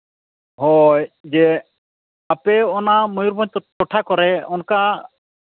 ᱦᱳᱭ ᱡᱮ ᱟᱯᱮ ᱚᱱᱟ ᱢᱚᱭᱩᱨᱵᱷᱚᱸᱡᱽ ᱴᱚᱴᱷᱟ ᱠᱚᱨᱮᱜ ᱚᱱᱠᱟ